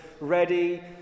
ready